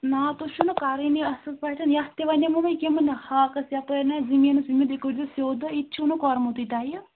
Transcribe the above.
ناو تُہۍ چھِو نہٕ کَرانٕے اَصٕل پٲٹھیٚن یَتھ تہِ ونیٛومَو مےٚ یِمن ہاکَس یَپٲرۍ نہ زٔمیٖنَس ؤمیٖنَس بیٚیہِ کٔرۍہوٗس سیٚود تہٕ یِتہٕ چھُو نہٕ کوٚرمُتُے تۄہہِ